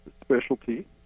specialty